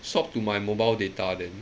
swap to my mobile data then